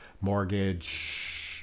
Mortgage